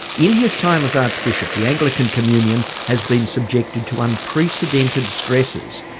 in his time as archbishop, the anglican communion has been subjected to unprecedented stresses.